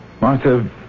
Martha